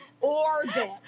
orbit